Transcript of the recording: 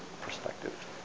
perspective